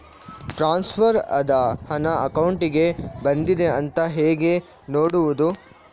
Transfer ಆದ ಹಣ ಅಕೌಂಟಿಗೆ ಬಂದಿದೆ ಅಂತ ಹೇಗೆ ನೋಡುವುದು?